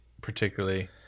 particularly